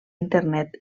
internet